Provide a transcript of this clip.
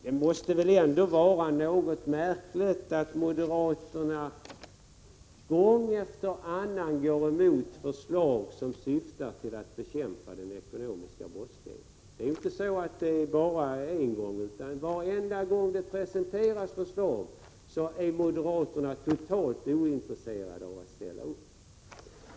Det måste väl ändå anses vara något märkligt att moderaterna gång efter gång går emot förslag som syftar till att bekämpa den ekonomiska brottsligheten. Varje gång sådana förslag presenteras är moderaterna totalt ointresserade av att ställa upp.